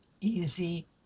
Easy